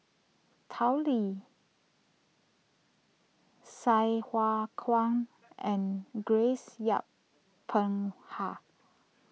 Tao Li Sai Hua Kuan and Grace Yin Peck Ha